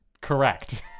Correct